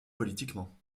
politiquement